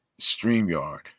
StreamYard